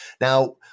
Now